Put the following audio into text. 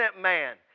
man